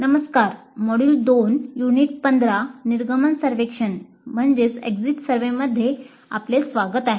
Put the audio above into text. नमस्कार module 2 unit 15 निर्गमन सर्वेक्षण मध्ये आपले स्वागत आहे